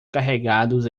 carregados